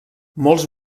molts